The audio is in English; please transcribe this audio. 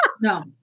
No